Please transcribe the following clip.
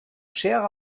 schere